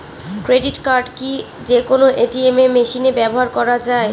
Credit card কি যে কোনো এ.টি.এম মেশিনে ব্যবহার করা য়ায়?